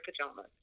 pajamas